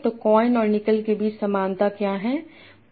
तो कॉइन और निकल के बीच समानता क्या है